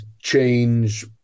change